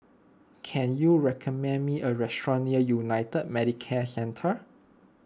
can you recommend me a restaurant near United Medicare Centre